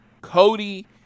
Cody